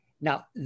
Now